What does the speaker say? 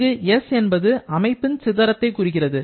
இங்கு s என்பது அமைப்பின் சிதறத்தை குறிக்கிறது